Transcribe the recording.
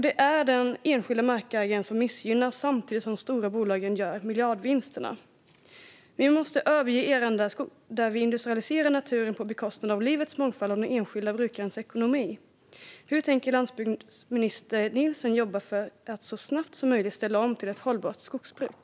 Det är den enskilda markägaren som missgynnas samtidigt som de stora bolagen gör miljardvinster. Vi måste överge eran då vi industrialiserar naturen på bekostnad av livets mångfald och den enskilda brukarens ekonomi. Hur tänker landsbygdsminister Nilsson jobba för att så snabbt som möjligt ställa om till ett hållbart skogsbruk?